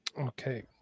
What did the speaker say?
okay